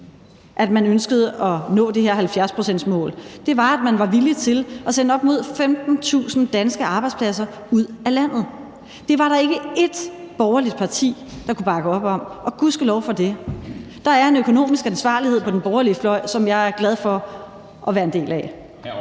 at man ønskede at nå det her 70-procentsmål, var, at man var villig til at sende op mod 15.000 danske arbejdspladser ud af landet. Det var der ikke ét borgerligt parti, der kunne bakke op om – og gudskelov for det. Der er en økonomisk ansvarlighed på den borgerlige fløj, som jeg er glad for at være en del af.